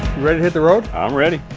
ready to hit the road? i'm ready.